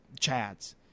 chads